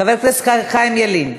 חבר הכנסת חיים ילין,